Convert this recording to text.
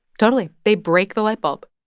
totally. they break the light bulb.